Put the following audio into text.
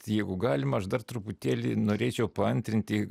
jeigu galima aš dar truputėlį norėčiau paantrinti